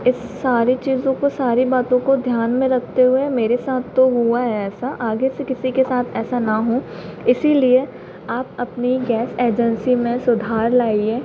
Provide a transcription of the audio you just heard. इस सारी चीज़ों को सारी बातों को ध्यान में रखते हुए मेरे साथ तो हुआ है ऐसा आगे से किसी के साथ ऐसा न हो इसीलिए आप अपनी गैस एजेन्सी में सुधार लाइए